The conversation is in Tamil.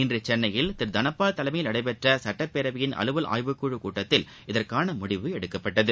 இன்று சென்னையில் திரு தனபால் தலைமயில் நடைபெற்ற சட்டப்பேரவையின் அலுவல் ஆய்வுக்குழுக் கூட்டத்தில் இதற்கான முடிவு எடுக்கப்பட்டது